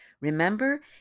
Remember